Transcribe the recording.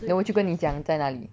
then 我就跟你讲在哪里